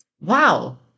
wow